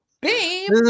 Babe